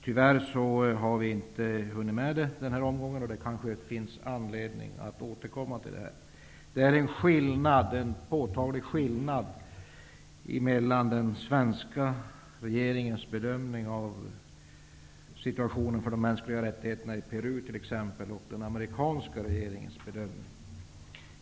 Tyvärr har vi inte hunnit med det denna gång, och det kanske finns anledning att återkomma. Det råder en påtaglig skillnad mellan den svenska regeringens bedömning av situationen för de mänskliga rättigheterna i t.ex. Peru och den amerikanska regeringens bedömning.